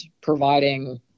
providing